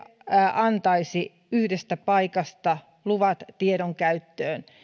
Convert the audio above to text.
antaisi yhdestä paikasta luvat tiedon käyttöön